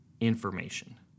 information